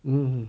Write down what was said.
mm